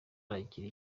arakira